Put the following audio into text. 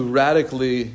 radically